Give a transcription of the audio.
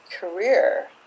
career